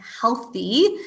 healthy